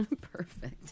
Perfect